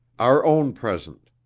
our own present.